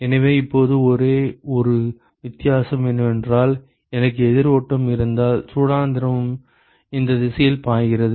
எனவே இப்போது ஒரே ஒரு வித்தியாசம் என்னவென்றால் எனக்கு எதிர் ஓட்டம் இருந்தால் சூடான திரவம் இந்த திசையில் பாய்கிறது